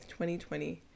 2020